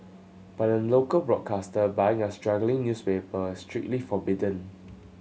but a local broadcaster buying a struggling newspaper is strictly forbidden